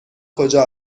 کجا